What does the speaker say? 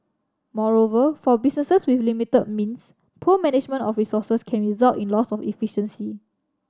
moreover for businesses with limited means poor management of resources can result in loss of efficiency